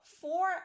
four